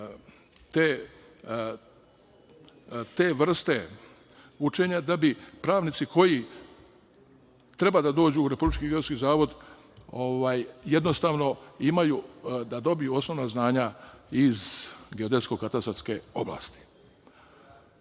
te vrste učenja da bi pravnici koji treba da dođu u Republički geodetski zavod dobili osnovna znanja iz geodetsko-katastarske oblasti. Sve